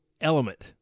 element